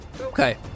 Okay